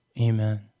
Amen